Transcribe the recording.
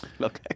Okay